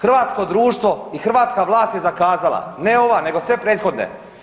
Hrvatsko društvo i hrvatska vlast je zakazala, ne ova nego sve prethodne.